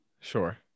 sure